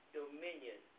dominion